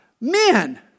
men